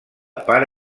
pare